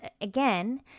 again